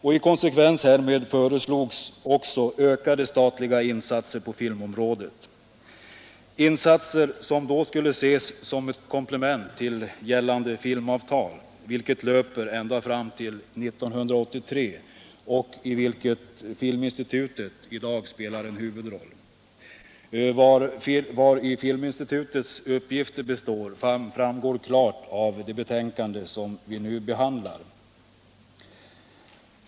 I konsekvens härmed föreslogs också ökade statliga insatser på filmområdet — insatser som skulle ses som komplement till gällande filmavtal, vilket löper fram till 1983 och i vilket Filminstitutet i dag spelar en huvudroll. Vari Filminstitutets uppgifter består framgår klart av det betänkande vi nu behandlar.